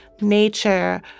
nature